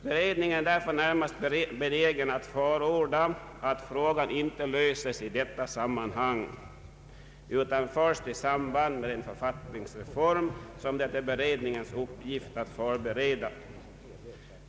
Beredningen är därför närmast benägen att förorda att frågan inte löses i detta sammanhang utan först i samband med en författningsreform som det är beredningens uppgift att förbereda.